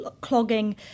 clogging